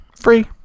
free